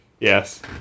Yes